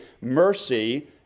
mercy